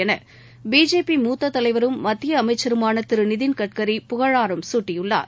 எனபிஜேபி மூத்ததலைவரும் மத்தியஅமைச்சருமானதிருநிதின் கட்ரிபுகழாரம் சூட்டியுள்ளார்